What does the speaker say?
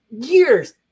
years